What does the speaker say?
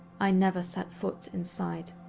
i never set foot inside.